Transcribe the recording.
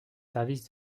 services